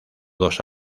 dos